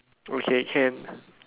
okay can